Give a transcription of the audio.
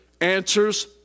answers